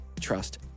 trust